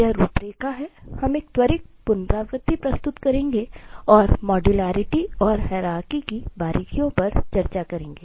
यह रूपरेखा है हम एक त्वरित पुनरावृत्ति प्रस्तुत करेंगे और फिर मॉड्युलैरिटी की बारीकियों पर चर्चा करेंगे